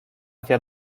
hacia